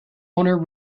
owner